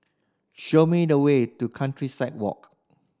show me the way to Countryside Walk